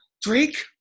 Drake